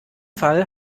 fall